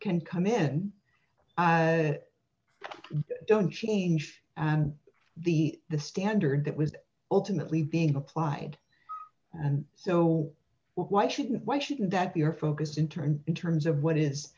can come in that don't change and the the standard that was ultimately being applied and so why shouldn't why should that be our focus intern in terms of what is